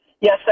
Yes